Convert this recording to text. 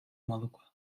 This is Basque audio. modukoa